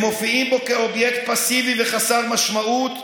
הם מופיעים בו כאובייקט פסיבי וחסר משמעות,